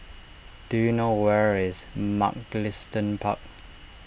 do you know where is Mugliston Park